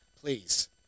please